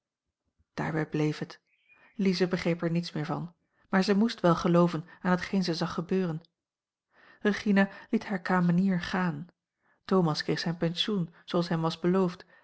daarbij bleef het lize begreep er niets meer van maar zij moest wel gelooven aan hetgeen zij zag gebeuren regina liet hare kamenier gaan thomas kreeg zijn pensioen zooals hem was beloofd